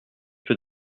peu